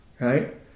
right